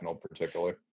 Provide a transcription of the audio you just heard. particularly